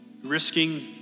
Risking